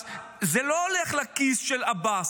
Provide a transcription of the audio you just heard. אז זה לא הולך לכיס של עבאס,